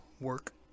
work